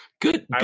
good